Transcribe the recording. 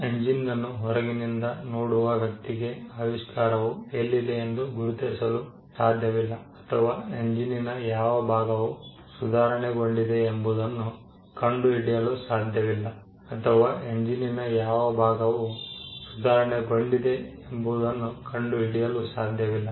ಎಂಜಿನನ್ನು ಹೊರಗಿನಿಂದ ನೋಡುವ ವ್ಯಕ್ತಿಗೆ ಆವಿಷ್ಕಾರವು ಎಲ್ಲಿದೆ ಎಂದು ಗುರುತಿಸಲು ಸಾಧ್ಯವಿಲ್ಲಅಥವಾ ಎಂಜಿನ್ನಿನ ಯಾವ ಭಾಗವೂ ಸುಧಾರಣೆಗೊಂಡಿದೆ ಎಂಬುದನ್ನು ಕಂಡುಹಿಡಿಯಲು ಸಾಧ್ಯವಿಲ್ಲ